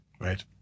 Right